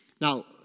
Now